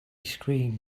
screamed